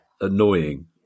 annoying